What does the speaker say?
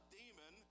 demon